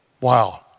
wow